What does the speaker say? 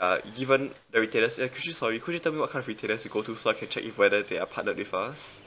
uh even the retailers uh could you sorry could you tell me what current retailers you go to so I can check in whether they're partner with us